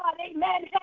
amen